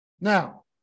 Now